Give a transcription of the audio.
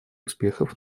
успехов